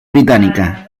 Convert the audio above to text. británica